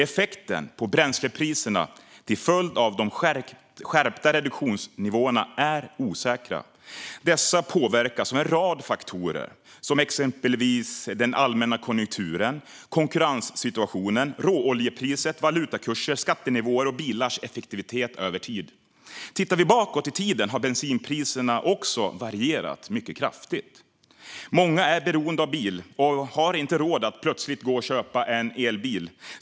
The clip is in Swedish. Effekten på bränslepriserna till följd av de skärpta reduktionsnivåerna är osäker. Dessa påverkas av en rad faktorer som den allmänna konjunkturen, konkurrenssituationen, råoljepriset, valutakurser, skattenivåer och bilars effektivitet över tid. Tittar vi bakåt i tiden ser vi också att bensinpriserna har varierat mycket kraftigt. Många är beroende av bil och har inte råd att plötsligt gå och köpa en elbil.